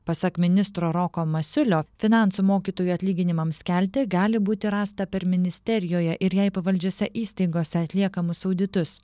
pasak ministro roko masiulio finansų mokytojų atlyginimams kelti gali būti rasta per ministerijoje ir jai pavaldžiose įstaigose atliekamus auditus